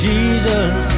Jesus